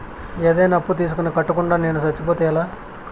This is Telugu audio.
ఏదైనా అప్పు తీసుకొని కట్టకుండా నేను సచ్చిపోతే ఎలా